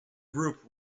group